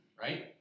right